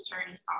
Attorney's